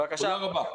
תודה רבה.